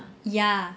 ya